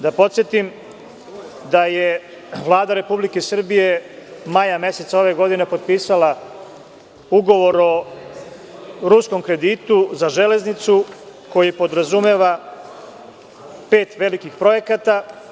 Da podsetim da je Vlada Republike Srbije maja meseca, ove godine, potpisala ugovor o ruskom kreditu za „Železnicu, koji podrazumeva pet velikih projekata.